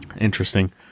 Interesting